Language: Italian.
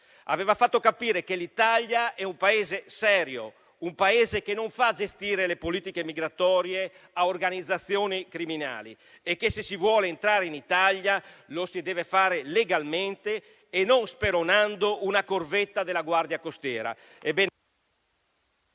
Aveva fatto capire che l'Italia è un Paese serio, un Paese che non fa gestire le politiche migratorie a organizzazioni criminali e che, se si vuole entrare in Italia, lo si deve fare legalmente e non speronando una corvetta della Guardia costiera.